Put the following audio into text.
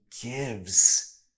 gives